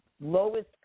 lowest